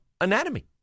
anatomy